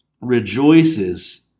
rejoices